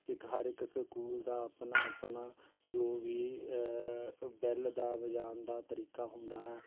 ਇੱਕ ਹਰ ਇੱਕ ਸਕੂਲ ਦਾ ਆਪਣਾ ਆਪਣਾ ਜੋ ਵੀ ਬੈਲ ਦਾ ਵਜਾਉਣ ਦਾ ਤਰੀਕਾ ਹੁੰਦਾ ਹੈ